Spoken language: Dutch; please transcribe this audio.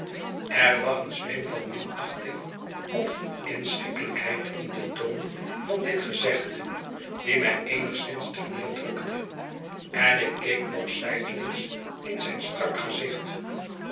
er lag een zweem van minachting of inschikkelijkheid in den toon van dit gezegde die mij eenigszins ter neer drukte en ik keek nog zijdelings in zijn strak gezicht